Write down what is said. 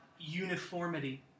uniformity